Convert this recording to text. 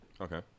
Okay